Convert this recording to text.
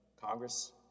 Congress